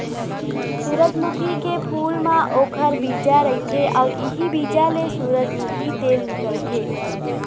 सूरजमुखी के फूल म ओखर बीजा रहिथे अउ इहीं बीजा ले सूरजमूखी तेल निकलथे